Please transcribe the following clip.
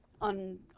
on